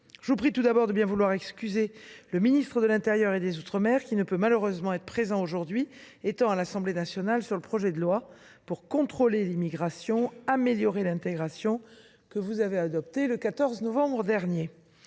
Je vous prie tout d’abord de bien vouloir excuser le ministre de l’intérieur et des outre mer, qui ne peut malheureusement pas être présent aujourd’hui, étant à l’Assemblée nationale pour défendre le projet de loi pour contrôler l’immigration, améliorer l’intégration, texte que vous avez adopté le 14 novembre dernier.